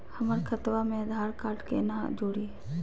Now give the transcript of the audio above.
हमर खतवा मे आधार कार्ड केना जुड़ी?